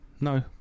No